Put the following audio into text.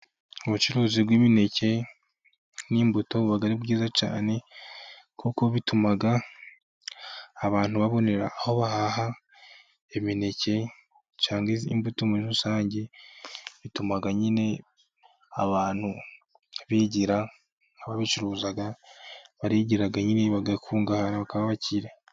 Ubucuruzi bw'imineke n'imbuto buba ari bwiza cyane, kuko bituma abantu babonera aho bahaha imineke, cyangwa izindi mbuto muri rusange, bituma nyine abantu bigira, ababicuruza barigira nyine bagakungahara, bakaba abakire.